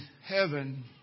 heaven